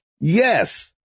yes